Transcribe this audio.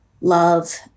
love